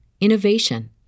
innovation